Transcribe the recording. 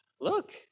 look